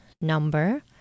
number